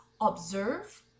observe